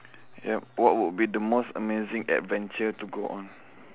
yup what would be the most amazing adventure to go on